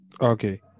Okay